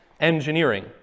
engineering